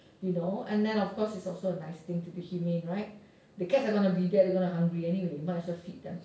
you know and then of course it's also a nice thing to be humane right the cats are going to be there they are going to be hungry anyways you might as well feed them